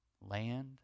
land